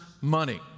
money